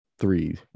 three